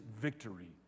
victory